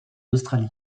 australie